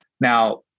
Now